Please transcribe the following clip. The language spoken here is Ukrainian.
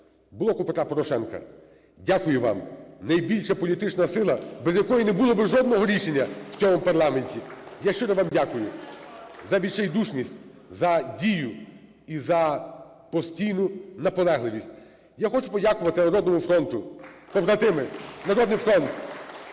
"Блоку Петра Порошенка". Дякую вам! Найбільша політична сила, без якої не було би жодного рішення в цьому парламенті. Я щиро вам дякую за відчайдушність, за дію і за постійну наполегливість. Я хочу подякувати "Народному фронту". Побратими, "Народний фронт"